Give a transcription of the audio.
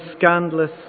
scandalous